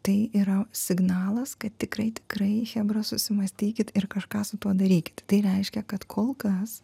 tai yra signalas kad tikrai tikrai chebra susimąstykit ir kažką su tuo darykit tai reiškia kad kol kas